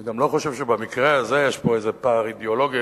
אני גם לא חושב שבמקרה הזה יש איזה פער אידיאולוגי,